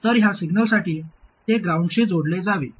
तर ह्या सिग्नलसाठी ते ग्राउंडशी जोडले जावे